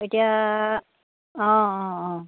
এতিয়া অঁ অঁ অঁ